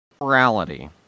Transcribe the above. Morality